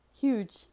huge